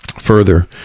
Further